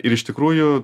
ir iš tikrųjų